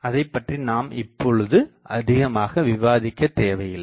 அதைப்பற்றி நாம் இப்பொழுது அதிகமாக விவாதிக்கதேவையில்லை